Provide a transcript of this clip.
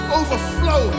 overflow